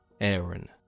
Aaron